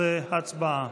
13, הצבעה.